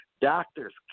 Doctors